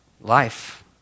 life